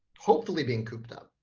hopefully, being cooped up,